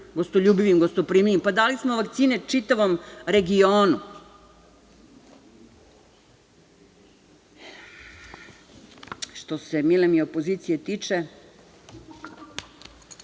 gostoljubivim, gostoprimljivim. Dali smo vakcine čitavom regionu. Što se, mile mi, opozicije tiče,